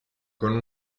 con